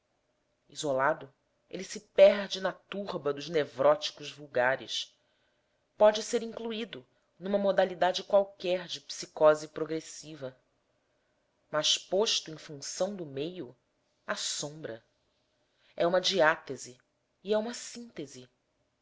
isolado ele se perde na turba dos nevróticos vulgares pode ser incluído numa modalidade qualquer de psicose progressiva mas posto em função do meio assombra é uma diátese e é uma síntese